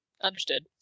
Understood